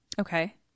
okay